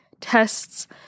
tests